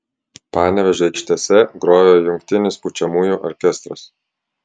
panevėžio aikštėse grojo jungtinis pučiamųjų orkestras